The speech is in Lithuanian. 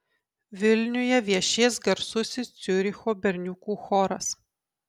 vilniuje viešės garsusis ciuricho berniukų choras